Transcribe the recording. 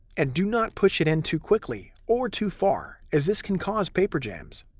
and do not push it in too quickly or too far as this can cause paper jams.